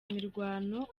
imirwano